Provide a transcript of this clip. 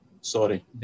sorry